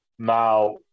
Now